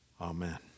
Amen